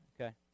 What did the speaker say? Okay